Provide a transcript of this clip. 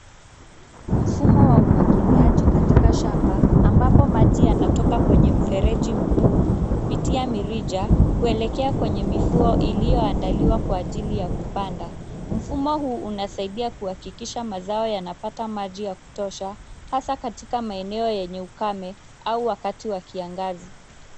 Mfumo wa umwagiliaji katika shamba ambapo maji yanatoka kwenye mfereji mkuu, kupitia mirija kuelekea kwenye mifuo iliyoandaliwa kwa ajili ya kupanda. Mfumo huu unasaidia kuhakikisha mazao yanapata maji ya kutosha, hasa katika maeneo yenye ukame au wakati wa kiangazi.